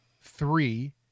three